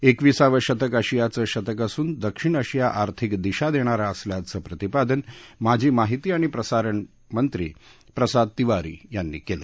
एकविसावं शतक आशियाचं शतक असून दक्षिण आशिया आर्थिक दिशा देणारा असल्याचं प्रतिपादन माजी माहिती आणि प्रसारणमंत्री प्रसाद तिवारी यांनी केलं